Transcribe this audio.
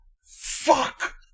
Fuck